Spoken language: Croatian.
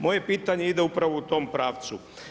Moje pitanje ide upravo u tom pravcu.